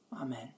Amen